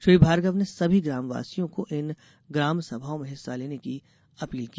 श्री भार्गव ने सभी ग्रामवासियों को इन ग्राम सभाओं में हिस्सा लेने की अपील की